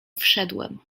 wszedłem